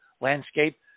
landscape